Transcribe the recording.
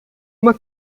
uma